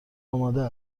آماده